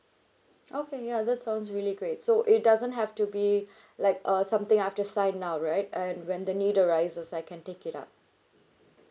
okay ya that sounds really great so it doesn't have to be like uh something I have to sign now right and when the need arise so I can take it up